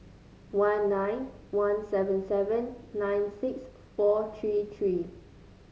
one nine one seven seven nine six four three three